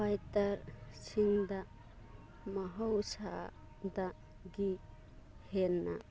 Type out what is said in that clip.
ꯐꯥꯏꯇꯔꯁꯤꯡꯗ ꯃꯍꯧꯁꯥꯗꯒꯤ ꯍꯦꯟꯅ